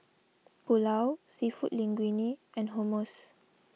Pulao Seafood Linguine and Hummus